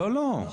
לא, לא.